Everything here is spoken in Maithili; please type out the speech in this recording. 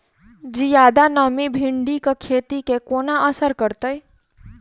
जियादा नमी भिंडीक खेती केँ कोना असर करतै?